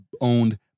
owned